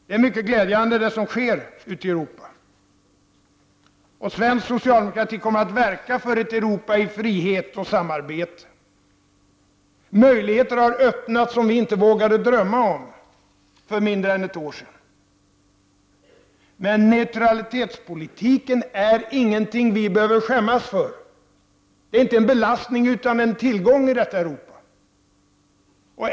Det som skett ute i Europa är mycket glädjande, och svensk socialdemokrati kommer att verka för ett Europa i frihet och samarbete. Möjligheter har öppnats som vi inte vågade drömma om för mindre än ett år sedan, men neutralitetspolitiken är inget som vi behöver skämmas för. Den är inte en belastning utan en tillgång i Europa.